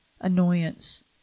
annoyance